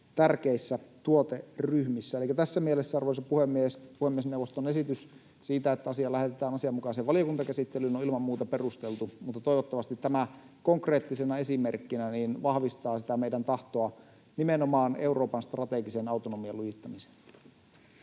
tärkeissä tuoteryhmissä. Elikkä tässä mielessä, arvoisa puhemies, puhemiesneuvoston esitys siitä, että asia lähetetään asianmukaiseen valiokuntakäsittelyyn, on ilman muuta perusteltu, mutta toivottavasti tämä konkreettisena esimerkkinä vahvistaa sitä meidän tahtoa nimenomaan Euroopan strategisen autonomian lujittamiseen.